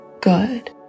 good